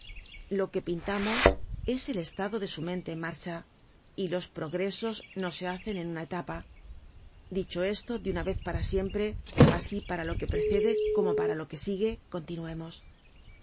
lo que pintamos es el estado de su mente en marcha y los progresos no se hacen en una etapa dicho esto de una vez para siempre asi para lo que precede como paralo que sigue continuemos